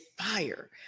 fire